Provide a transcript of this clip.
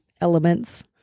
elements